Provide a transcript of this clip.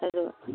ꯑꯗꯣ